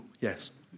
yes